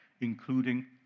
including